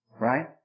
Right